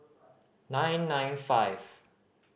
nine nine five